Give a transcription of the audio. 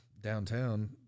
downtown